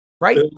right